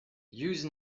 use